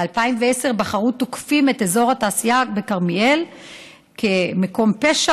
ב-2010 בחרו תוקפים את אזור התעשייה בכרמיאל כמקום פשע